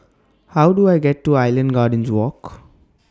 How Do I get to Island Gardens Walk